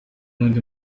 n’undi